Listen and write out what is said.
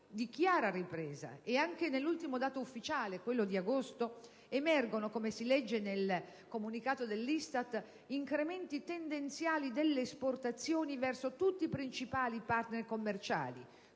di chiara ripresa. Anche dall'ultimo dato ufficiale (quello di agosto) emergono - come si legge nel comunicato dell'ISTAT - incrementi tendenziali delle esportazioni verso tutti i principali partner commerciali,